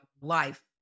life